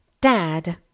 Dad